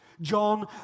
John